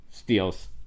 Steals